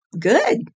good